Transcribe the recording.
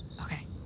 Okay